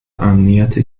امنیت